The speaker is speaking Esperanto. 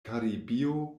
karibio